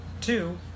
Two